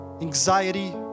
anxiety